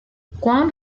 guam